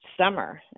summer